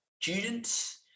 students